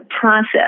process